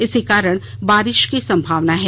इसी कारण बारिश की संभावना है